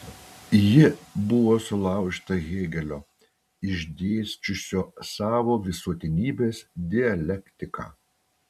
ji buvo sulaužyta hėgelio išdėsčiusio savo visuotinybės dialektiką